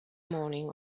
morning